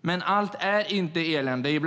Men allt är inte elände.